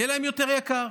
יהיה להם יותר יקר,